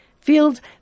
fields